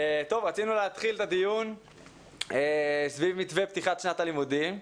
רצינו להתחיל את הדיון סביב מתווה פתיחת שנת הלימודים,